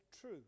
true